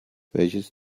welches